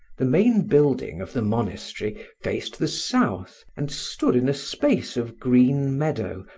the main building of the monastery faced the south, and stood in a space of green meadow,